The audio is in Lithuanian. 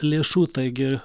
lėšų taigi